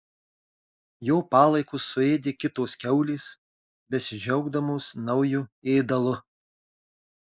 jo palaikus suėdė kitos kiaulės besidžiaugdamos nauju ėdalu